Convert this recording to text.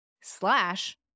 slash